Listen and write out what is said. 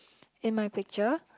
in my picture